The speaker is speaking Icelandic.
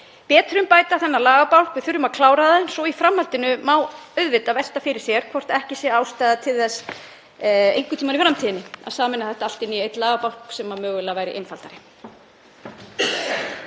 betrumbæta þennan lagabálk. Við þurfum að klára það. Svo í framhaldinu má auðvitað velta fyrir sér hvort ekki sé ástæða til þess einhvern tímann í framtíðinni að sameina þetta allt inn í einn lagabálk sem mögulega væri einfaldari.